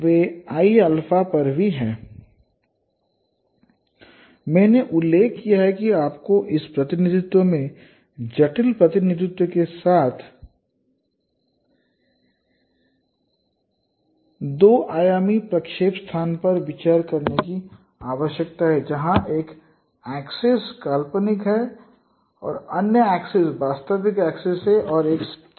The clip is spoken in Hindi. वे Iα पर भी हैं" मैंने उल्लेख किया है कि आपको इस प्रतिनिधित्व में जटिल प्रतिनिधित्व के साथ दो आयामी प्रक्षेप्य स्थान पर विचार करने की आवश्यकता है जहां एक एक्सिस काल्पनिक है अन्य एक्सिस वास्तविक एक्सिस है और एक स्केल एक्सिस है